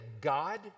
God